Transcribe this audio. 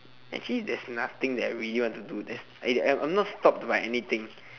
actually there's nothing that I really want to do leh I'm not stopped by anything